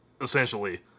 essentially